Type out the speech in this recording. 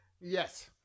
yes